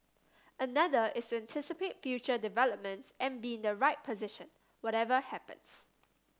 another is to anticipate future developments and be in the right position whatever happens